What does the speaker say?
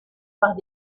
par